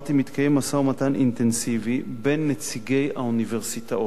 מתקיים משא-ומתן אינטנסיבי בין נציגי האוניברסיטאות